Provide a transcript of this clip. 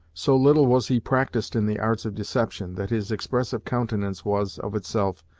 so little was he practised in the arts of deception, that his expressive countenance was, of itself,